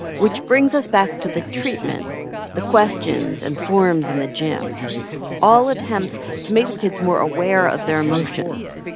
which brings us back to the treatment the questions and forms in the gym all attempts to make the kids more aware of their emotions.